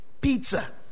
pizza